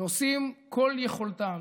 ועושים את כל יכולתם